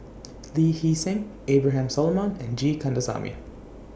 Lee Hee Seng Abraham Solomon and G Kandasamy